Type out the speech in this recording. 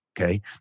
Okay